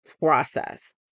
process